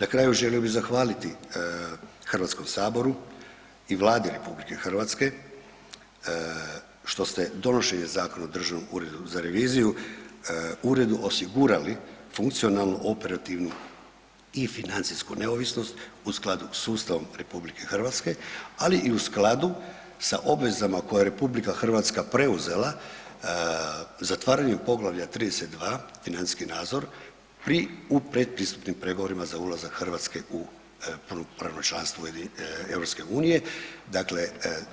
Na kraju želio bih zahvaliti HS-u i Vladi RH što ste donošenjem Zakona o Državnom uredu za reviziju uredu osigurali funkcionalnu operativnu i financijsku neovisnost u skladu s Ustavom RH, ali i u skladu sa obvezama koje je RH preuzela zatvaranjem poglavlja 32. – Financijski nadzor u predpristupnim pregovorima za ulazak Hrvatske u punopravno članstvo EU,